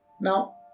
Now